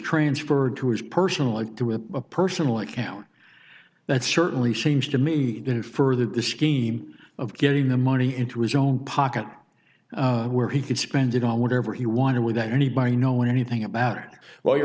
transferred to his personally through a personal account that certainly seems to me infer that the scheme of getting the money into his own pocket where he could spend it on whatever he wanted without anybody knowing anything about it while you